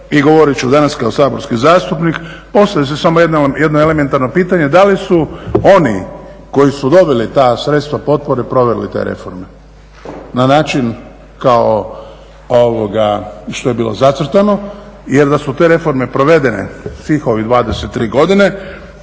i govorit ću danas kao saborski zastupnik, postavlja se samo jedno elementarno pitanje, da li su oni koji su dobili ta sredstva potpore proveli te reforme na način kao što je bilo zacrtano? Jer da su te reforme provedene, svih ovih 23 godine,